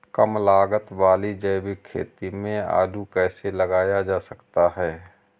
कम लागत वाली जैविक खेती में आलू कैसे लगाया जा सकता है?